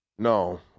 No